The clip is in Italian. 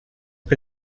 che